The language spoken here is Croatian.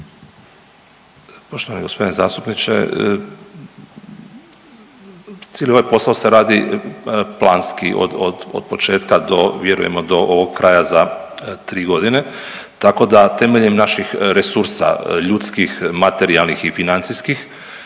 Poštovani gospodine zastupniče, cijeli ovaj posao se radi planski od početka do vjerujemo do ovog kraja za 3 godine. Tako da temeljem naših resursa, ljudskih, materijalnih i financijskih,